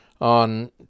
on